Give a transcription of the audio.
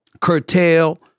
curtail